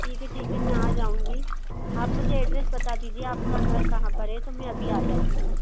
ठीक है ठीक है मैं आ जाऊँगी आप मुझे एड्रैस बता दीजिए आपका घर कहाँ पर है तो मैं अभी आ जाती हूँ